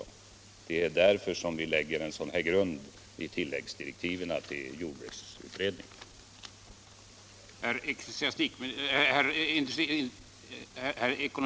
Det är därför, som jag framhöll i mitt huvudanförande, som vi lägger en sådan grund i tilläggsdirektiven till jordbruksutredningen.